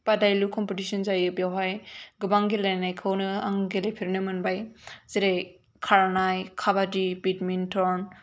बादायलु competition जायो बेवहाय गोबां गेलेनायखौनो आं गेलेफेरनो मोनबाय जेरै खारनाय खाबादि बेटमिन्टन